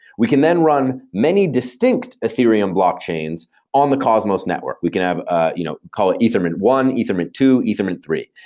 we can then run many distinct ethereum blockchains on the cosmos network. we can have ah you know call it ethermint one, ethermint two, ethermint and three,